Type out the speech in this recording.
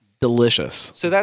delicious